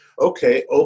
Okay